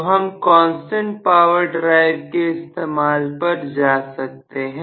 तो हम constant power drive के इस्तेमाल पर जा सकते हैं